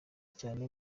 cyane